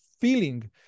feeling